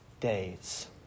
days